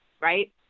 right